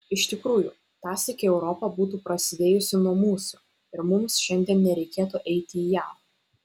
iš tikrųjų tąsyk europa būtų prasidėjusi nuo mūsų ir mums šiandien nereikėtų eiti į ją